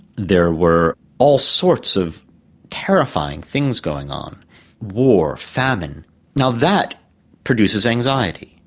there were all sorts of terrifying things going on war, famine now that produces anxiety.